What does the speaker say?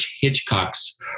Hitchcock's